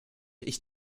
ich